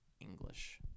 English